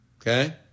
Okay